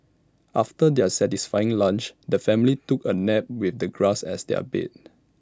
after their satisfying lunch the family took A nap with the grass as their bed